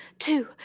two,